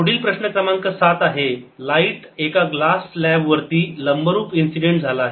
पुढील प्रश्न क्रमांक सात आहे लाईट एका ग्लास स्लॅब वरती लंबरूप इन्सिडेंट झाला आहे